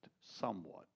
somewhat